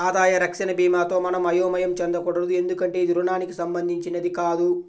ఆదాయ రక్షణ భీమాతో మనం అయోమయం చెందకూడదు ఎందుకంటే ఇది రుణానికి సంబంధించినది కాదు